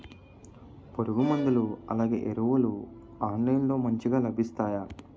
పురుగు మందులు అలానే ఎరువులు ఆన్లైన్ లో మంచిగా లభిస్తాయ?